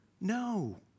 No